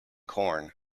corn